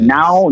Now